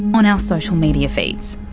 on our social media feeds.